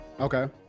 Okay